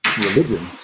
religion